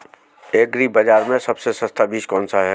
Agree बाज़ार में सबसे सस्ता बीज कौनसा है?